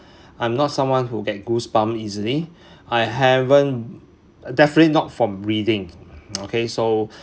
I'm not someone who get goosebumps easily I haven't definitely not from reading okay so